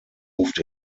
moved